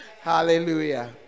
hallelujah